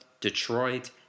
Detroit